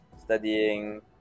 studying